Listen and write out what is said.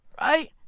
right